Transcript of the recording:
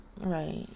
Right